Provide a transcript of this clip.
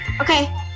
okay